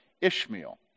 Ishmael